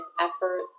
effort